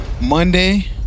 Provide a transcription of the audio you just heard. Monday